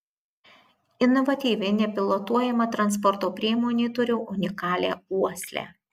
inovatyvi nepilotuojama transporto priemonė turi unikalią uoslę